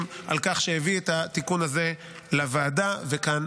על כך שהביא את התיקון הזה לוועדה ולכאן,